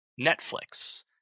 netflix